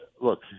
look